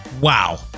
wow